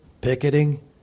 picketing